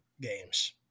games